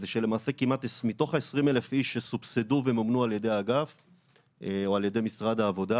זה שלמעשה מתוך ה-20,000 איש שסובסדו ומומנו על ידי משרד העבודה,